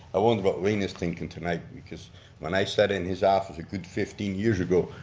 i wonder what wayne is thinking tonight because when i sat in his office a good fifteen years ago,